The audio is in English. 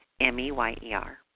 M-E-Y-E-R